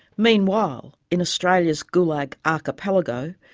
meanwhile, in australia's gulag archipelago,